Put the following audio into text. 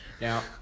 Now